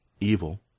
evil